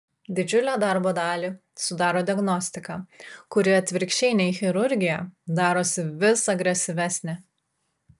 didžiulę darbo dalį sudaro diagnostika kuri atvirkščiai nei chirurgija darosi vis agresyvesnė